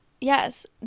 Yes